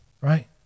right